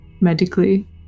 medically